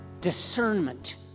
discernment